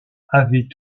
avait